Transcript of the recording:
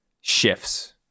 shifts